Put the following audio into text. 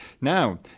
Now